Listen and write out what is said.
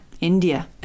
India